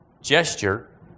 gesture